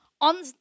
on